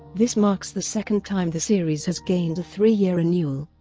this marks the second time the series has gained a three-year renewal.